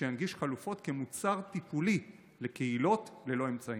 שינגיש חלופות כמוצר טיפולי לקהילות ללא אמצעים.